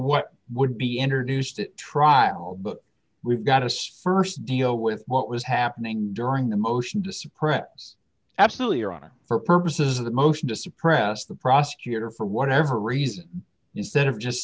what would be entered news the trial we've got a st deal with what was happening during the motion to suppress absolutely your honor for purposes of the motion to suppress the prosecutor for whatever reason instead of just